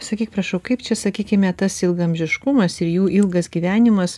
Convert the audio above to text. sakyk prašau kaip čia sakykime tas ilgaamžiškumas ir jų ilgas gyvenimas